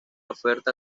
oferta